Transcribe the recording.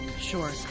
Sure